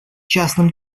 частным